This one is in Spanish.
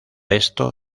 esto